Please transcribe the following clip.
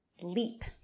leap